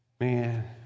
Man